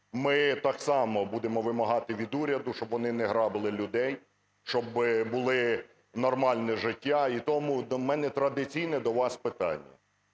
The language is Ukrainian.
ми так само будемо вимагати від уряду, щоб вони не грабували людей, щоб було нормальне життя. І тому у мене традиційне до вас питання: